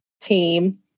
Team